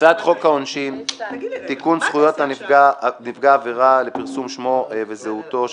הצעת חוק העונשין (תיקון זכויות נפגע עבירה לפרסום שמו וזהותו).